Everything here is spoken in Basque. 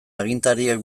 agintariek